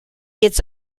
its